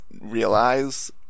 realize